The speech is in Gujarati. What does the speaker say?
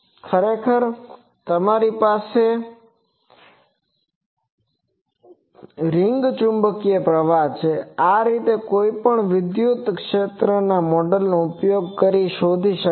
ખરેખર તમારી પાસે રીંગ ચુંબકીય પ્રવાહ છે આ રીતે કોઈપણ વિદ્યુતીય ક્ષેત્ર આ મોડેલનો ઉપયોગ કરીને શોધી શકાય છે